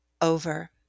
over